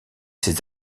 ces